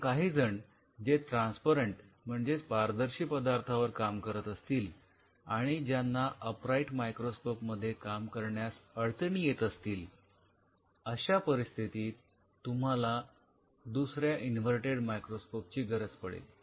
आणि काहीजण जे ट्रान्सपरंट म्हणजेच पारदर्शी पदार्थावर काम करत असतील आणि ज्यांना अपराईट मायक्रोस्कोप मध्ये काम करण्यास अडचणी येत असतील तर अशा परिस्थितीत तुम्हाला दुसऱ्या इन्वर्तेड मायक्रोस्कोप ची गरज पडेल